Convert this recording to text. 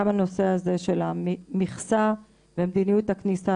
גם הנושא הזה של המכסה ומדיניות הכניסה,